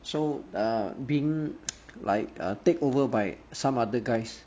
so err being like err takeover by some other guys